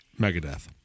Megadeth